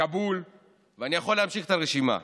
כאבול ואני יכול להמשיך את הרשימה,